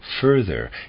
further